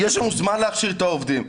יש לנו זמן להכשיר את העובדים.